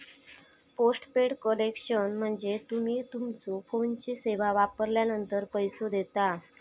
postpaid connection म्हणजे तुम्ही तुमच्यो फोनची सेवा वापरलानंतर पैसो देता